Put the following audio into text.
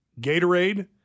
Gatorade